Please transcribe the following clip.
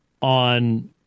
on